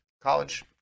college